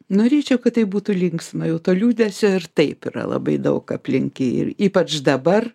norėčiau kad tai būtų linksma jau to liūdesio ir taip yra labai daug aplink ir ypač dabar